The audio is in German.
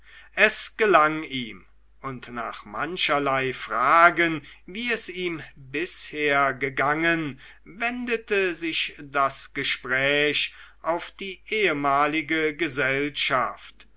es gelang ihm und nach mancherlei fragen wie es ihm bisher gegangen wendete sich das gespräch auf die ehemalige gesellschaft